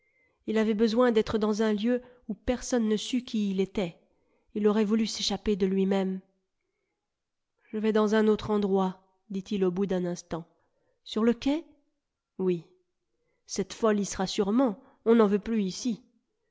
il avait besoin d'être dans un lieu où personne ne sût qui il était il aurait voulu s'échapper de lui-même je vais dans un autre endroit dit-il au bout d'un instant sur le quai p oui cette folle y sera sûrement on n'en veut plus ici